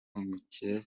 umukire